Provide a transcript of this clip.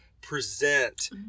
present